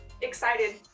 excited